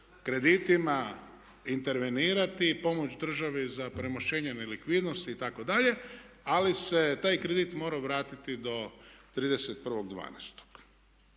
kreditima intervenirati i pomoći državi za premošćenje nelikvidnosti itd. ali se taj kredit morao vratiti do 31.12.